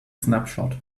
snapshot